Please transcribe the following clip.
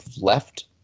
left